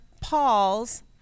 paul's